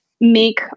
make